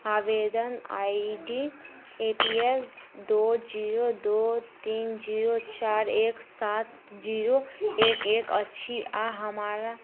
आवेदन I D A P L दुइ zero दुइ तीन जीरो चारि एक सात जीरो एक एक अछि आओर हमर